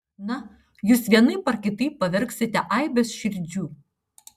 na jūs vienaip ar kitaip pavergsite aibes širdžių